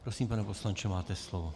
Prosím, pane poslanče, máte slovo.